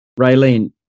Raylene